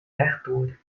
rechtdoor